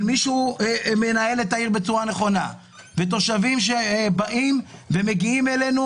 מי שמנהל את העיר בצורה נכונה ותושבים שמגיעים אלינו